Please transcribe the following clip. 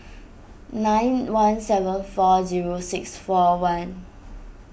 nine one seven four zero six four one